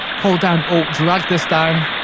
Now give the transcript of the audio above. hold down, or drag this down.